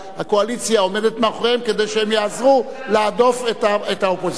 הקואליציה עומדת מאחוריהם כדי שהם יעזרו להדוף את האופוזיציה.